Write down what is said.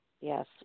Yes